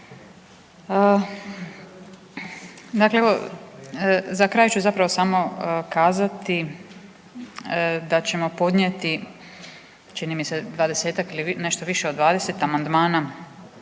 Dakle evo za kraj ću zapravo samo kazati da ćemo podnijeti čini mi se dvadesetak ili nešto više od dvadeset